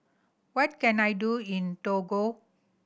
what can I do in Togo